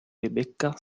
rebecca